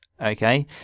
okay